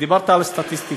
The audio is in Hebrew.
דיברת על סטטיסטיקה.